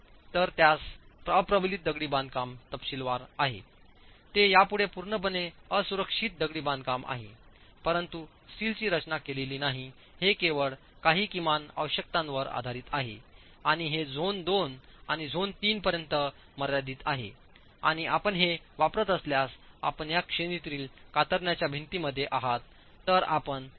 तर त्यास अप्रबलित दगडी बांधकाम तपशीलवार आहे ते यापुढे पूर्णपणे असुरक्षित दगडी बांधकाम आहेत परंतु स्टीलची रचना केलेली नाही हे केवळ काही किमान आवश्यकतांवर आधारित आहे आणि हे झोन 2 आणि झोन 3 पर्यंत मर्यादित आहे आणि आपण हे वापरत असल्यास आपण या श्रेणीतील कातरणाच्या भिंतीमध्ये आहात तर आपण 2